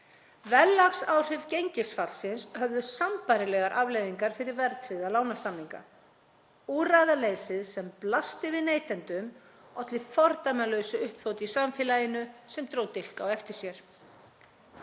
Verðlagsáhrif gengisfallsins höfðu sambærilegar afleiðingar fyrir verðtryggða lánasamninga. Úrræðaleysið sem blasti við neytendum olli fordæmalausu uppþoti í samfélaginu sem dró dilk á eftir sér.